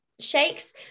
shakes